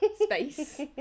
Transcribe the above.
Space